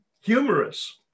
humorous